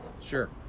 Sure